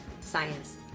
science